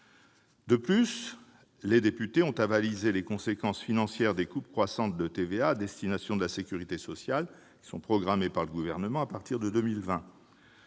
De plus, les députés ont avalisé les conséquences financières des coupes croissantes de TVA à destination de la sécurité sociale programmées par le Gouvernement à partir de 2020.